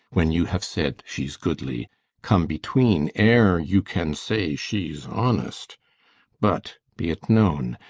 when you have said she's goodly come between, ere you can say she's honest but be it known,